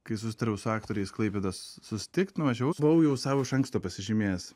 kai susitariau su aktoriais klaipėdos susitikt nuvažiavau buvau jau sau iš anksto pasižymėjęs